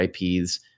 IPs